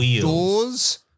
doors